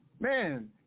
Man